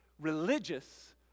religious